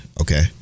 okay